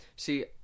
See